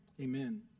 Amen